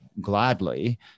gladly